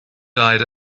died